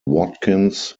watkins